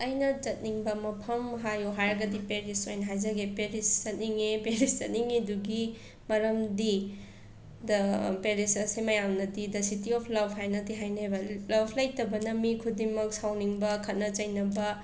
ꯑꯩꯅ ꯆꯠꯅꯤꯡꯕ ꯃꯐꯝ ꯍꯥꯏꯌꯣ ꯍꯥꯏꯔꯒꯗꯤ ꯄꯦꯔꯤꯁ ꯑꯣꯏꯅ ꯍꯥꯏꯖꯒꯦ ꯄꯦꯔꯤꯁ ꯆꯠꯅꯤꯡꯉꯦ ꯄꯦꯔꯤꯁ ꯆꯠꯅꯤꯡꯂꯤꯕꯒꯤ ꯃꯔꯝꯗꯤ ꯗ ꯄꯦꯔꯤꯁ ꯑꯁꯦ ꯃꯌꯥꯝꯅꯗꯤ ꯗ ꯁꯤꯇꯤ ꯑꯣꯐ ꯂꯞ ꯍꯥꯏꯅꯗꯤ ꯍꯥꯏꯅꯩꯕ ꯂꯞ ꯂꯩꯇꯕꯅ ꯃꯤ ꯈꯨꯗꯤꯡꯃꯛ ꯁꯥꯎꯅꯤꯡꯕ ꯈꯠꯅ ꯆꯩꯅꯕ